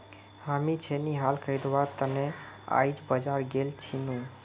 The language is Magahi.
हामी छेनी हल खरीदवार त न आइज बाजार गेल छिनु